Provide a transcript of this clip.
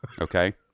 Okay